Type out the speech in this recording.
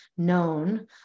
known